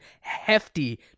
hefty